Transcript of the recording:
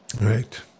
Right